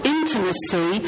Intimacy